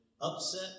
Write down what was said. upset